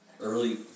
early